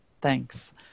Thanks